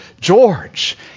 George